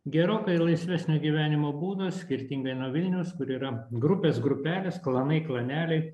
gerokai laisvesnio gyvenimo būdo skirtingai nuo vilniaus kur yra grupės grupelės klanai klaneliai